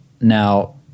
Now